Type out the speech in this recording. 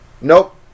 Nope